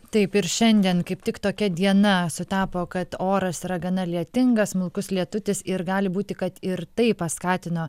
taip ir šiandien kaip tik tokia diena sutapo kad oras yra gana lietingas smulkus lietutis ir gali būti kad ir tai paskatino